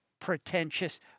Pretentious